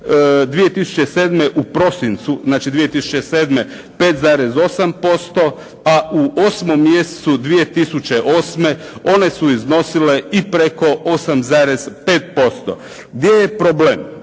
2007. u prosincu znači 2007. 5,8%. A u 8. mjesecu 2008. one su iznosile i preko 8,5%. Gdje je problem?